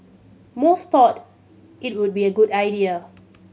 most thought it would be a good idea